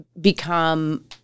become